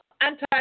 anti